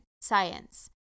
science